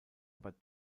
aber